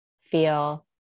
feel